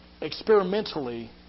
experimentally